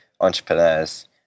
entrepreneurs